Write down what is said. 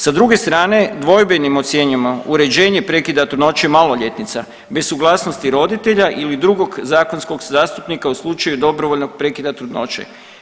Sa druge strane, dvojbenim ocjenjujemo uređene prekida trudnoće maloljetnica, bez suglasnosti roditelja ili drugog zakonskog zastupnika u slučaju dobrovoljnog prekida trudnoće.